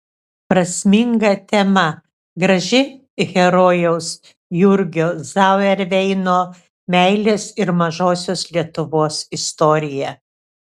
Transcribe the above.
prasminga tema graži herojaus jurgio zauerveino meilės ir mažosios lietuvos istorija